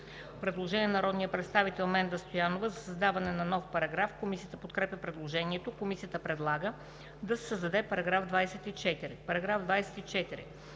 Предложение от народния представител Менда Стоянова за създаване на нов параграф. Комисията подкрепя предложението. Комисията предлага да се създаде § 24: „§ 24.